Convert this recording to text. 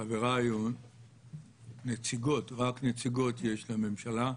חבריי, רק נציגות יש לממשלה,